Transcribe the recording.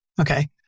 Okay